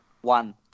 One